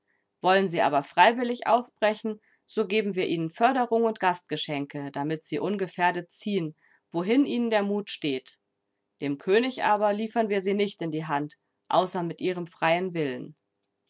wollen sie aber freiwillig aufbrechen so geben wir ihnen förderung und gastgeschenke damit sie ungefährdet ziehen wohin ihnen der mut steht dem könig aber liefern wir sie nicht in die hand außer mit ihrem freien willen